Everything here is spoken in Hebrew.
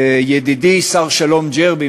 שידידי שר-שלום ג'רבי,